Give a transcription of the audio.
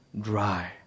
dry